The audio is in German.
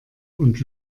und